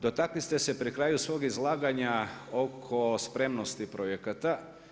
Dotakli ste se pri kraju svog izlaganja oko spremnosti projekata.